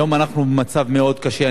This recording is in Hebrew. היום אנחנו במצב מאוד קשה.